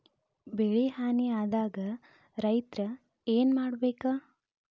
ಬೆಳಿ ಹಾನಿ ಆದಾಗ ರೈತ್ರ ಏನ್ ಮಾಡ್ಬೇಕ್?